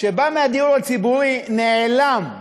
שבא מהדיור הציבורי נעלם.